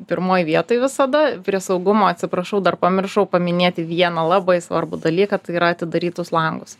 pirmoj vietoj visada prie saugumo atsiprašau dar pamiršau paminėti vieną labai svarbų dalyką tai yra atidarytus langus